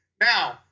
Now